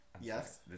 Yes